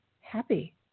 happy